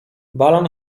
balon